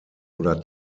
oder